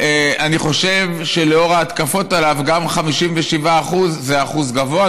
אני חושב שלנוכח ההתקפות עליו גם 57% זה אחוז גבוה.